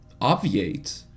obviate